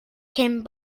cyn